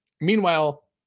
Meanwhile